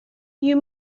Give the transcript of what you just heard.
you